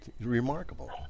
Remarkable